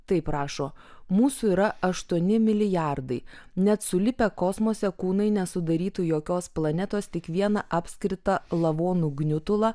taip rašo mūsų yra aštuoni milijardai net sulipę kosmose kūnai nesudarytų jokios planetos tik vieną apskritą lavonų gniutulą